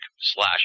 slash